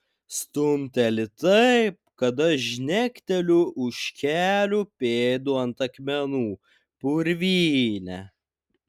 stumteli taip kad aš žnekteliu už kelių pėdų ant akmenų purvyne